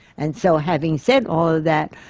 and so, having said all of that,